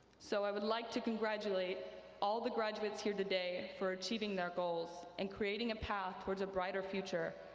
so i would like to congratulate all the graduates here today for achieving their goals, and creating a path towards a brighter future.